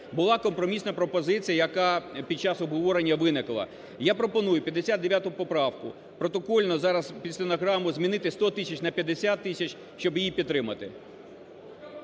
Була компромісна пропозиція, яка під час обговорення виникла. Я пропоную 59 поправку протокольно зараз під стенограму змінити 100 тисяч на 50 тисяч, щоб її підтримати.